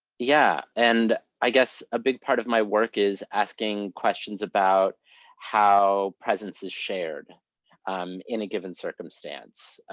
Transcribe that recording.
yeah. and i guess, a big part of my work is asking questions about how presence is shared in a given circumstance,